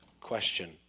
question